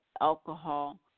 alcohol